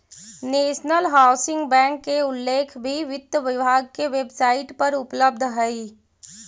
national housing bank के उल्लेख भी वित्त विभाग के वेबसाइट पर उपलब्ध हइ